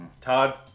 Todd